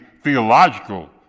theological